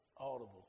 audible